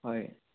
হয়